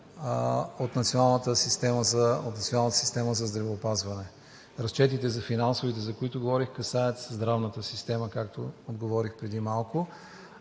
от националната система за здравеопазване. Финансовите разчети, за които говорих, касаят здравната система, както отговорих преди малко.